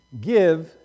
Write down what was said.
Give